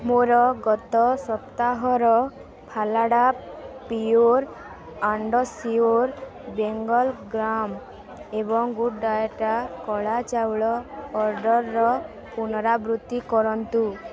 ମୋର ଗତ ସପ୍ତାହର ଫାଲାଡ଼ା pure and sure Bengal gram ଏବଂ ଗୁଡ଼୍ ଡାଏଟ୍ କଳା ଚାଉଳ ଅର୍ଡ଼ର୍ର ପୁନରାବୃତ୍ତି କରନ୍ତୁ